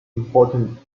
important